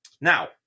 Now